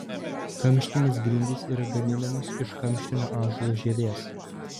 kamštinės grindys yra gaminamos iš kamštinio ąžuolo žievės